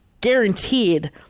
guaranteed